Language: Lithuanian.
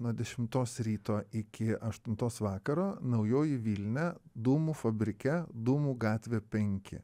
nuo dešimtos ryto iki aštuntos vakaro naujoji vilnia dūmų fabrike dūmų gatvė penki